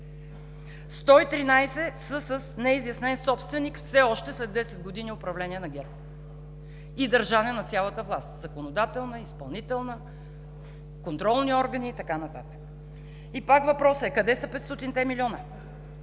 113 са с неизяснен собственик все още. След 10 години управление на ГЕРБ и държане на цялата власт – законодателна, изпълнителна, контролни органи и така нататък! И пак въпросът е: къде са 500-те милиона